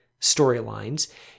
storylines